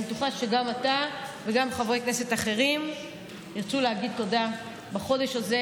אני בטוחה שגם אתה וגם חברי הכנסת האחרים תרצו להגיד תודה בחודש הזה,